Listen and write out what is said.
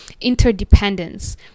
interdependence